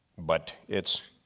but it's